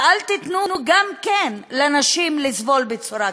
ואל תיתנו גם לנשים לסבול בצורה כזאת.